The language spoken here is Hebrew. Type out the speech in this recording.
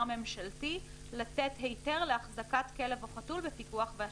ממשלתי לתת היתר להחזקת כלב או חתול בפיקוח והשגחה.